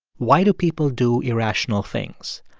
why do people do irrational things?